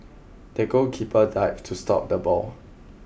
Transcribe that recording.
the goalkeeper dived to stop the ball